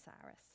Cyrus